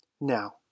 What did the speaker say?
now